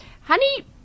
honey